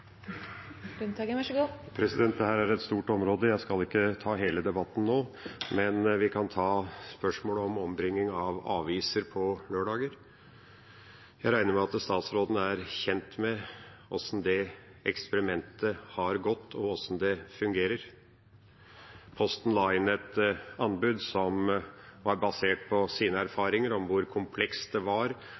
er et stort område, jeg skal ikke ta hele debatten nå, men vi kan ta spørsmålet om ombringing av aviser på lørdager. Jeg regner med at statsråden er kjent med hvordan det eksperimentet har gått, og hvordan det fungerer. Posten la inn et anbud som var basert på deres erfaringer om hvor komplekst det var